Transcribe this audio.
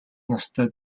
настай